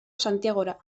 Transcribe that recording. santiagora